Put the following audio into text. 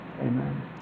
amen